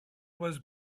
was